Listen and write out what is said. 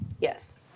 Yes